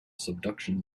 subduction